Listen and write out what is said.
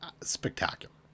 spectacular